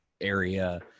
area